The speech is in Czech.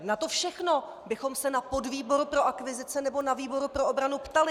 Na to všechno bychom se na podvýboru pro akvizice nebo na výboru pro obranu ptali.